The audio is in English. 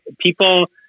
people